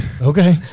Okay